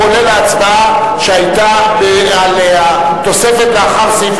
הוא כולל את ההצבעה שהיתה על התוספת לאחר סעיף